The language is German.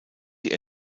die